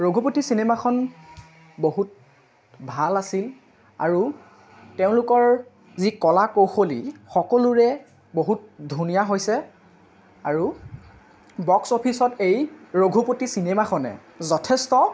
ৰঘুপতি চিনেমাখন বহুত ভাল আছিল আৰু তেওঁলোকৰ যি কলা কুশলী সকলোৰে বহুত ধুনীয়া হৈছে আৰু বক্স অফিচত এই ৰঘুপতি চিনেমাখনে যথেষ্ট